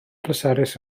pleserus